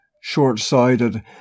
short-sighted